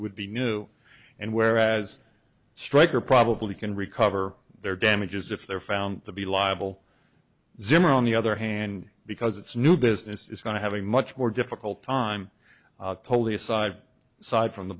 would be new and whereas stryker probably can recover their damages if they're found to be liable zimmer on the other hand because it's new business is going to have a much more difficult time totally aside side from the